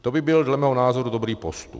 To by byl dle mého názoru dobrý postup.